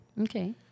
Okay